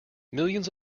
millions